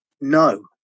no